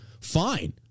fine